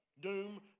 Doom